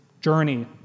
journey